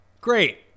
great